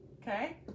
Okay